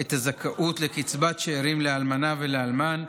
את הזכאות לקצבת שאירים לאלמנה ולאלמן,